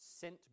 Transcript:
sent